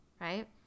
right